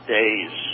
days